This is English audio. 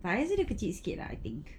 I actually kecil sikit lah I think